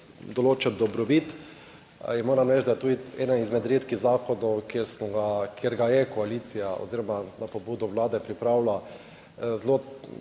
določen dobrobit in moram reči, da je to eden izmed redkih zakonov, kjer smo ga, kjer ga je koalicija oziroma na pobudo Vlade pripravila zelo